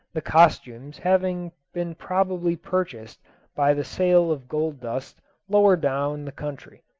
the costumes having been probably purchased by the sale of gold dust lower down the country.